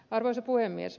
arvoisa puhemies